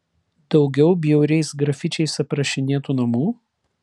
daugiau bjauriais grafičiais aprašinėtų namų